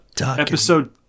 episode